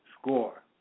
score